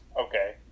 Okay